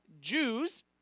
Jews